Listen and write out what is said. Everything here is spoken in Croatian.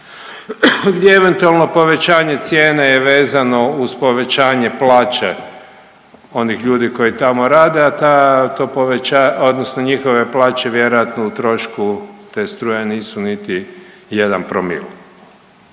ili eventualno povećanje cijene je vezano uz povećanje plaća onih ljudi koji tamo rade, a to odnosno njihove plaće vjerojatno u trošku te struje nisu niti jedan promil.